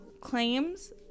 claims